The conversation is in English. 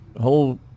whole